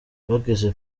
bageze